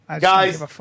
Guys